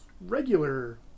regular